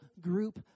group